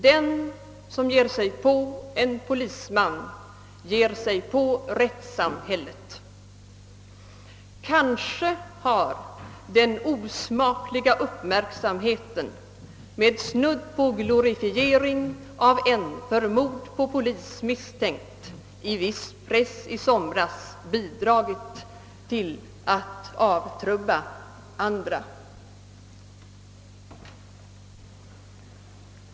Den som ger sig på en polisman ger sig på rättssamhället. Kanske har den osmakliga uppmärksamheten med snudd på glorifiering av en för mord på polis misstänkt i viss press i somras bidragit till av avtrubba andra.